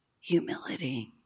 humility